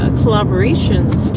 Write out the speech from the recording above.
collaborations